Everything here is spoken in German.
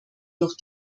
durch